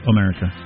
America